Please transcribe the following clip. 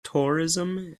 tourism